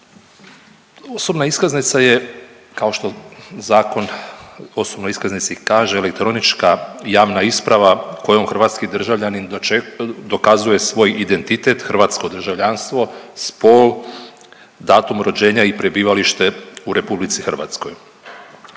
Osobna iskaznica je kao što Zakon o osobnoj iskaznici kaže, elektronička, javna isprava kojom hrvatski državljanin dokazuje svoj identitet, hrvatsko državljanstvo, spol, datum rođenja i prebivalište u RH. Ona je